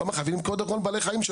חייבים קודם כל בעלי חיים,